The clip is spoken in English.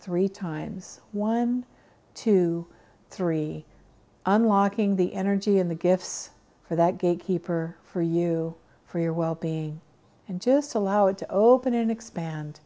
three times one to three unlocking the energy in the gifts for that gatekeeper for you for your well being and just allow it to open and expand